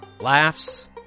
laughs